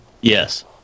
Yes